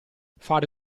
fare